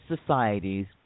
societies